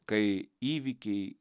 kai įvykiai